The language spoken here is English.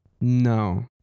No